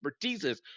expertises